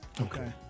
Okay